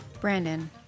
Brandon